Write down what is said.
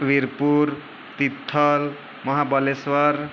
Virpur Tithal Mahabaleshwar